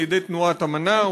על-ידי תנועת "אמנה".